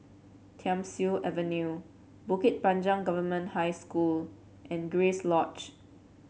Thiam Siew Avenue Bukit Panjang Government High School and Grace Lodge